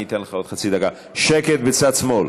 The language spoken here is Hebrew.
אני אתן לך עוד חצי דקה שקט בצד שמאל.